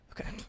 Okay